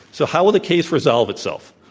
so how will the case resolve itself?